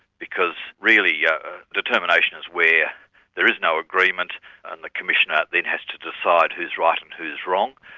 because really, yeah determinations where there is no agreement and the commissioner then has to decide who's right and who's wrong.